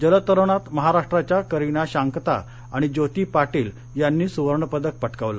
जलतरणत महाराष्ट्राच्या करीना शांकता आणि ज्योती पाटीह यांनी सुवर्ण पदक पटकवलं